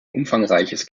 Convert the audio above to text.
umfangreiches